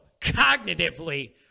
cognitively